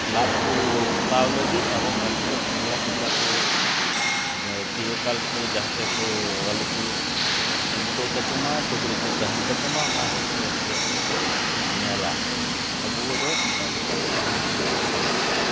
ᱞᱟᱡ ᱠᱚ ᱵᱷᱟᱛᱟᱣ ᱞᱟᱹᱜᱤᱫ ᱮᱵᱚᱝ ᱟᱠᱚᱨᱮᱱ ᱚᱝᱲᱟ ᱯᱚᱝᱲᱟ ᱠᱚ ᱡᱮ ᱪᱤᱨᱚᱠᱟᱞ ᱠᱚ ᱡᱟᱦᱟᱸᱛᱮᱠᱚ ᱟᱞᱚ ᱠᱚ ᱪᱤᱱᱛᱟᱹᱭ ᱛᱟᱠᱚ ᱢᱟ ᱥᱩᱠ ᱨᱮᱠᱚ ᱛᱟᱦᱮᱱ ᱛᱟᱠᱚᱢᱟ ᱚᱱᱟ ᱦᱚᱛᱮᱡᱛᱮ ᱟᱠᱚᱣᱟᱜ ᱜᱮᱠᱚ ᱧᱮᱞᱟ ᱟᱵᱚᱫᱚ ᱚᱱᱠᱟ ᱜᱮᱵᱚᱱ ᱛᱟᱦᱮᱱᱟ ᱢᱮᱱᱛᱮᱧ ᱢᱚᱱᱮᱭᱮᱫᱟ